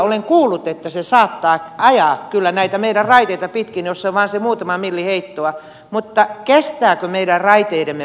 olen kuullut että se saattaa ajaa kyllä näitä meidän raiteitamme pitkin jos on vain se muutama milli heittoa mutta kestävätkö meidän raiteidemme pohjat sitä